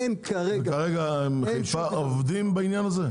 אין כרגע -- כרגע עובדים בחיפה כרגע?